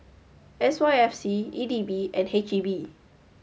S Y F C E D B and H E B